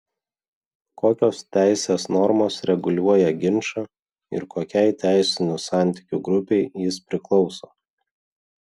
kokios teisės normos reguliuoja ginčą ir kokiai teisinių santykių grupei jis priklauso